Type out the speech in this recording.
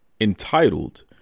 entitled